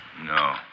No